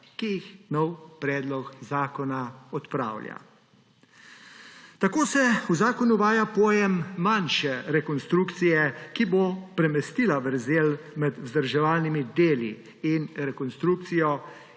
ki jih novi predlog zakona odpravlja. Tako se v zakonu uvaja pojem manjše rekonstrukcije, ki bo premestila vrzel med vzdrževalnimi deli in rekonstrukcijo